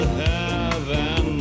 heaven